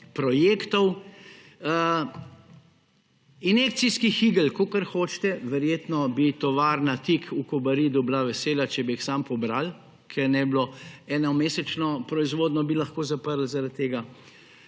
projektov, injekcijskih igel, kolikor hočete. Verjetno bi tovarna Tik v Kobaridu bila vesela, če bi jih samo pobrali – enomesečno proizvodnjo bi lahko zaprli zaradi teh.